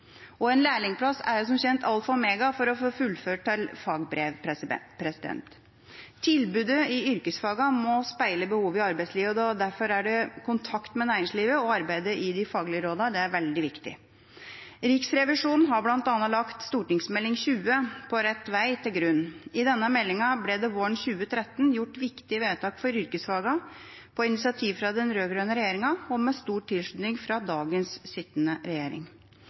som kjent alfa og omega for å få fullført til fagbrev. Tilbudet innen yrkesfagene må speile behovet i arbeidslivet, og derfor er kontakt med næringslivet og arbeidet i de faglige rådene veldig viktig. Riksrevisjonen har bl.a. lagt Meld. St. 20 for 2012–2013, På rett vei, til grunn. I forbindelse med denne meldinga ble det våren 2013 gjort viktige vedtak for yrkesfagene på initiativ fra den rød-grønne regjeringa – og med stor tilslutning fra sittende regjering.